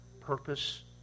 purpose